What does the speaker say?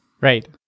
right